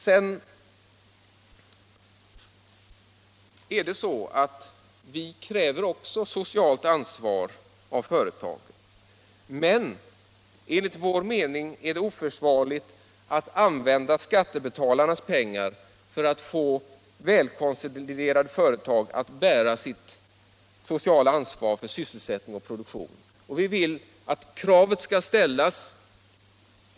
Vi socialdemokrater kräver också socialt ansvar av företagen, men enligt vår mening är det inte försvarligt att använda skattebetalarnas pengar för att få välkonsoliderade företag att bära sitt sociala ansvar för sysselsättning och produktion. Vi vill att kraven skall ställas.